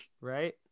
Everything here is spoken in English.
Right